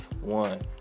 One